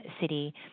city